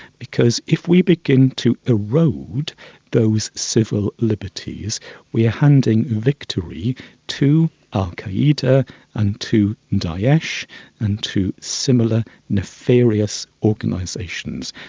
because if we begin to erode those civil liberties we are handing victory to al qaeda and to and yeah daesh and to similar nefarious organisations.